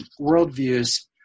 worldviews